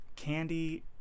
candy